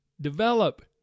develop